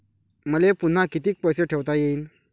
मले पुन्हा कितीक पैसे ठेवता येईन?